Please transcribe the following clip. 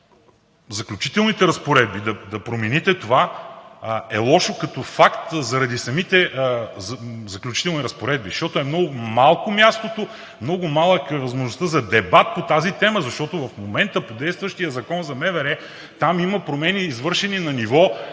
Заключителните разпоредби да промените това, е лошо като факт заради самите заключителни разпоредби, защото е много малко мястото, много малка е възможността за дебат по тази тема, защото в момента по действащия Закон за МВР, там има промени, извършени на ниво